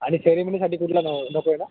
आणि सेरीमनीसाठी कुठला न नको आहे का